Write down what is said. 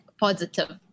positive